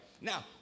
Now